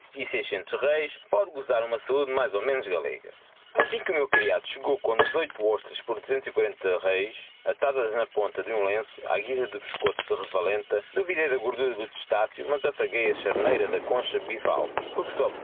seiscentos reis póde gozar uma saude mais ou menos gallega assim que o meu criado chegou com dezoito ostras por reis atadas na ponta de um lenço á guisa de biscoutos de revalenta duvidei da gordura do testaceo mas afaguei a charneira da concha